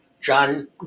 John